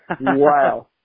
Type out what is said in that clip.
wow